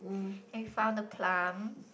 and we found the plum